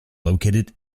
located